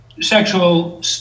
sexual